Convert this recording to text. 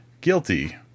guilty